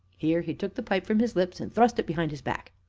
here he took the pipe from his lips and thrust it behind his back.